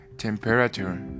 Temperature